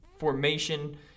formation